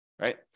right